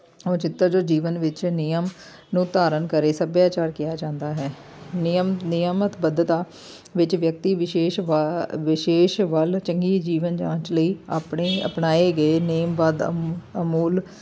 ਉਹ ਜਿੱਤਾਂ 'ਚੋਂ ਜੀਵਨ ਵਿੱਚ ਨਿਯਮ ਨੂੰ ਧਾਰਨ ਕਰੇ ਸੱਭਿਆਚਾਰ ਕਿਹਾ ਜਾਂਦਾ ਹੈ ਨਿਯਮ ਨਿਯਮਿਤ ਬੱਧਤਾ ਵਿੱਚ ਵਿਅਕਤੀ ਵਿਸ਼ੇਸ਼ ਵ ਵਿਸ਼ੇਸ਼ ਵੱਲ ਚੰਗੀ ਜੀਵਨ ਜਾਂਚ ਲਈ ਆਪਣੇ ਅਪਣਾਏ ਗਏ ਨੇਮ ਬੱਧ ਅਮ ਅਮੁੱਲ